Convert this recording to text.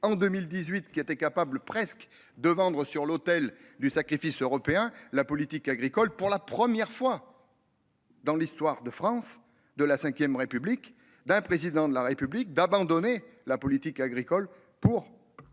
en 2018 qui était capable presque de vendre sur l'autel du sacrifice européen, la politique agricole pour la première fois. Dans l'histoire de France de la Vème République d'un président de la République d'abandonner la politique agricole pour